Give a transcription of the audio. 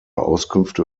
auskünfte